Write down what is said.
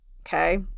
okay